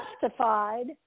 justified